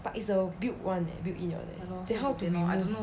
but it's a built [one] eh built in [one] eh then how to remove